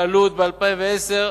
העלות ב-2010: